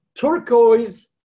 turquoise